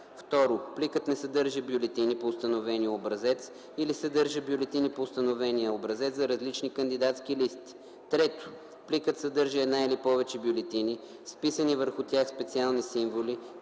2. пликът не съдържа бюлетини по установения образец или съдържа бюлетини по установения образец за различни кандидатски листи; 3. пликът, съдържа една или повече бюлетини с вписани върху тях специални символи